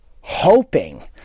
hoping